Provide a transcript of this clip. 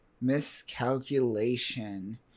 miscalculation